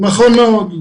נכון מאוד.